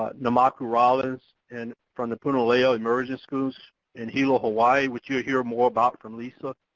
ah namaqua rollins and from the punana leo immersion schools in hilo hawaii, which you'll hear more about from lisa